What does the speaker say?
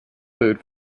food